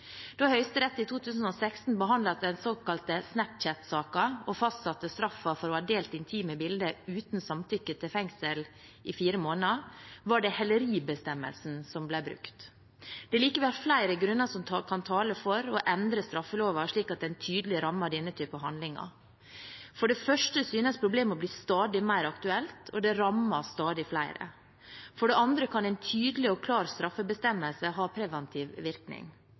Da Høyesterett i 2016 behandlet den såkalte snapchat-saken og fastsatte straffen for å ha delt intime bilder uten samtykke til fengel i fire måneder, var det heleribestemmelsen som ble brukt. Det er likevel flere grunner som kan tale for å endre straffeloven slik at den tydelig rammer denne typen handlinger. For det første synes problemet å bli stadig mer aktuelt, og det rammer stadig flere. For det andre kan en tydelig og klar straffebestemmelse ha en preventiv virkning.